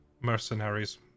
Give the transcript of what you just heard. mercenaries